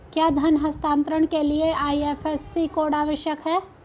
क्या धन हस्तांतरण के लिए आई.एफ.एस.सी कोड आवश्यक है?